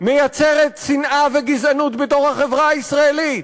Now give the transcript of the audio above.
מייצרת שנאה וגזענות בתוך החברה הישראלית.